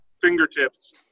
fingertips